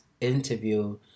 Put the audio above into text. interview